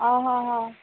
ହଁ ହଁ ହଁ